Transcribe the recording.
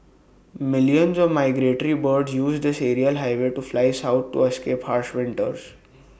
millions of migratory birds use this aerial highway to fly south to escape harsh winters